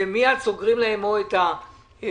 מיד סוגרים להם את האשראי,